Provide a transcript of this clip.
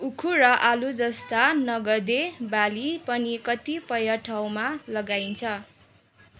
उखु र आलु जस्ता नगदे बाली पनि कतिपय ठाउँमा लगाइन्छ